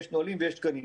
שיש נהלים ושיש תקנים,